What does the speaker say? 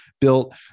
built